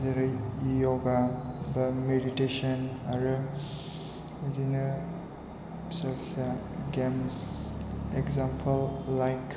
जेरै य'गा बा मेडिटेशोन आरो बिदिनो फिसा फिसा गेम्स एग्जामपोल लाइक